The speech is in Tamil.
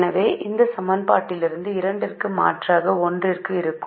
எனவே இந்த சமன்பாட்டிலிருந்து X 2 க்கு மாற்றாக X 1 இருக்கும்